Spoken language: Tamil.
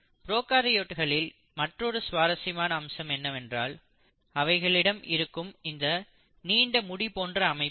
ப்ரோகாரியோட்களில் மற்றொரு சுவாரசியமான அம்சம் என்னவென்றால் அவைகளிடம் இருக்கும் இந்த நீண்ட முடி போன்ற அமைப்பு